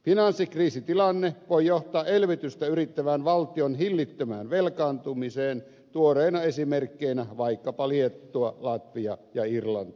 finanssikriisitilanne voi johtaa elvytystä yrittävän valtion hillittömään velkaantumiseen tuoreina esimerkkeinä vaikkapa liettua latvia ja irlanti